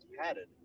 padded